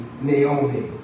Naomi